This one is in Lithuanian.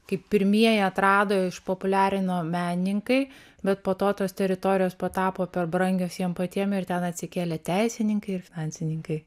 kaip pirmieji atrado išpopuliarino menininkai bet po to tos teritorijos patapo per brangios jiem patiem ir ten atsikėlė teisininkai ir finansininkai